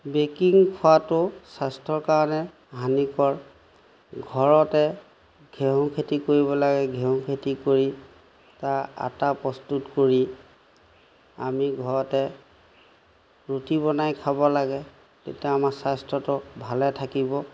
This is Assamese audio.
বেকিং খোৱাটো স্বাস্থ্যৰ কাৰণে হানিকৰ ঘৰতে ঘেঁহু খেতি কৰিব লাগে ঘেঁহু খেতি কৰি তাৰ আটা প্ৰস্তুত কৰি আমি ঘৰতে ৰুটি বনাই খাব লাগে তেতিয়া আমাৰ স্বাস্থ্যটো ভালে থাকিব